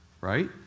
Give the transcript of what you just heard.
right